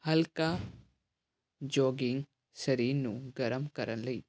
ਹਲਕਾ ਜੋਗਿੰਗ ਸਰੀਰ ਨੂੰ ਗਰਮ ਕਰਨ ਲਈ